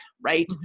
right